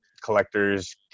collectors